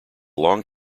long